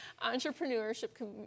entrepreneurship